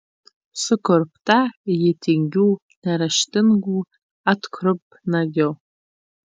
sukurpta ji tingių neraštingų atgrubnagių